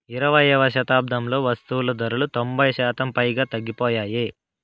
ఇరవైయవ శతాబ్దంలో వస్తువులు ధరలు తొంభై శాతం పైగా తగ్గిపోయాయి